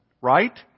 right